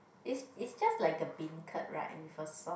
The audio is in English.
is is just like a beancurd right with a sauce